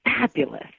fabulous